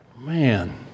man